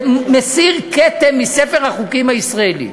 זה מסיר כתם מספר החוקים הישראלי.